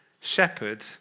shepherd